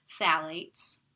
phthalates